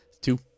Two